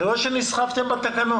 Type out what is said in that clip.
שנסחפתם בצו.